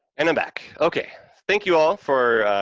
and i'm back. okay, thank you all for,